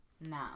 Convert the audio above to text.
No